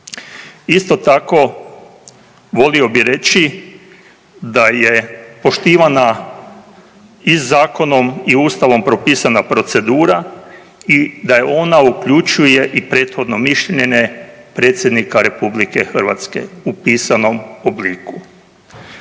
Isto tako volio bih reći da je poštivana i zakonom i Ustavom propisana procedura i da ona uključuje i prethodno mišljenje Predsjednika Republike Hrvatske u pisanom obliku.